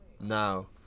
Now